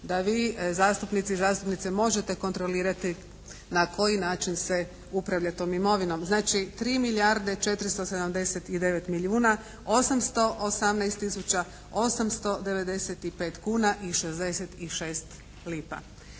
da vi zastupnici i zastupnice možete kontrolirati na koji način se upravlja tom imovinom. Znači, 3 milijarde 479 milijuna 818 tisuća 895 kuna i 66 lipa,